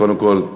קודם כול,